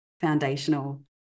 foundational